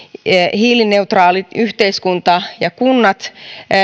hiilineutraali yhteiskunta ja kunnat